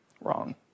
wrong